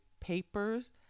papers